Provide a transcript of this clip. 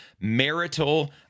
marital